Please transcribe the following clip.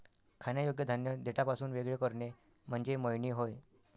खाण्यायोग्य धान्य देठापासून वेगळे करणे म्हणजे मळणी होय